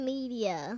Media